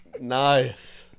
Nice